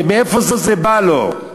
מאיפה זה בא לו?